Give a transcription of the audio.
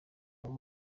abo